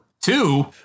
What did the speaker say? two